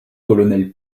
colonel